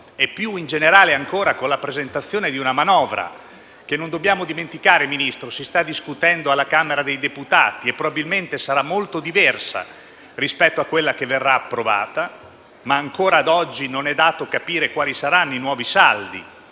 e più in generale ancora con la presentazione di una manovra che - non dobbiamo dimenticarlo, signor Ministro - si sta discutendo alla Camera dei deputati e probabilmente sarà molto diversa rispetto a quella che verrà approvata, ma ancora oggi non è dato capire quali saranno i nuovi saldi,